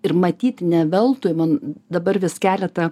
ir matyt ne veltui man dabar vis keleta